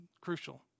crucial